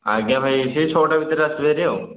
ଆଜ୍ଞା ଭାଇ ସେଇ ଛଅଟା ଭିତରେ ଆସିବେ ହେରି ଆଉ